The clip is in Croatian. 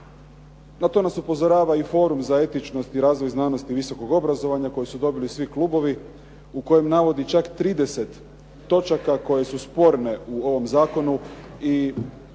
Na to nas upozorava i forum za etičnost i razvoj znanosti visokog obrazovanja kojeg su dobili svi klubovi u kojem navodi čak 30 točaka koje su sporne u ovom zakonu.